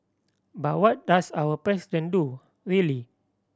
but what does our President do really